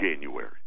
January